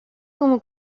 como